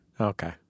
Okay